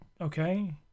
okay